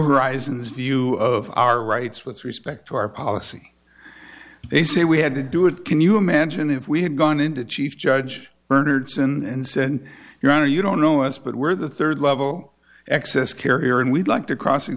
horizons view of our rights with respect to our policy they say we had to do it can you imagine if we had gone into chief judge bernard sin and said your honor you don't know us but we're the third level access care here and we'd like to cross